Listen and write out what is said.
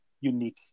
unique